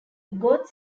god